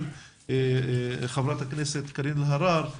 --- חברת הכנסת קארין אלהרר,